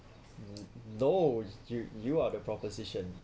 no you you are the proposition